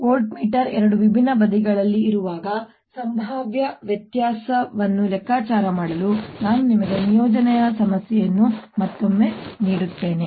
voltmeter ಎರಡು ವಿಭಿನ್ನ ಬದಿಗಳಲ್ಲಿ ಇರುವಾಗ ಸಂಭಾವ್ಯ ವ್ಯತ್ಯಾಸವನ್ನು ಲೆಕ್ಕಾಚಾರ ಮಾಡಲು ನಾನು ನಿಮಗೆ ನಿಯೋಜನೆ ಸಮಸ್ಯೆಯನ್ನು ಮತ್ತೊಮ್ಮೆ ನೀಡುತ್ತೇನೆ